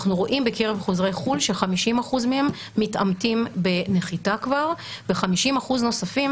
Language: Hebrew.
אנחנו רואים בקרב חוזרי חו"ל ש-50% מהם מתאמתים בנחיתה ו-50% נוספים